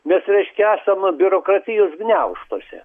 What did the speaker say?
mes reiškia esam biurokratijos gniaužtuose